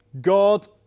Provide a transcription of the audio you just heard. God